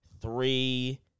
three